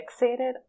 fixated